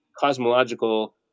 cosmological